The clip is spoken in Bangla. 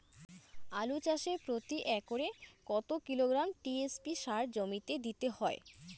আলু চাষে প্রতি একরে কত কিলোগ্রাম টি.এস.পি সার জমিতে দিতে হয়?